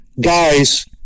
guys